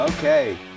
Okay